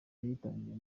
yayitangiye